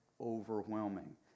overwhelming